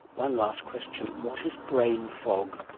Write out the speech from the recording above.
one last question what is brain fog?